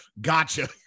Gotcha